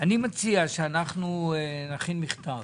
אני מצעי שנכין מכתב,